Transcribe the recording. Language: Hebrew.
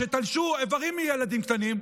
שתלשו איברים מילדים קטנים,